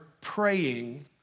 praying